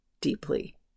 deeply